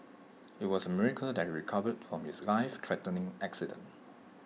IT was A miracle that recovered from his lifethreatening accident